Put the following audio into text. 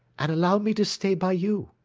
and allow me to stay by you.